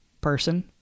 person